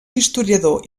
historiador